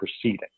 proceeding